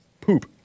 poop